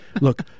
Look